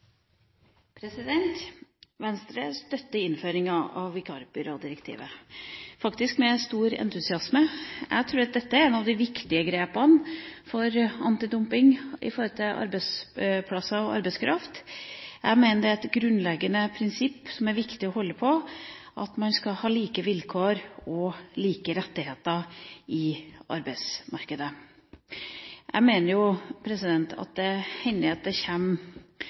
vikarbyrå. Venstre støtter innføringa av vikarbyrådirektivet – faktisk med stor entusiasme. Jeg tror at dette er et av de viktige grepene for antidumping med tanke på arbeidsplasser og arbeidskraft. Jeg mener det er et grunnleggende prinsipp, som det er viktig å holde på, at man skal ha like vilkår og like rettigheter i arbeidsmarkedet. Jeg mener det hender at det